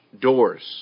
doors